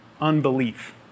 unbelief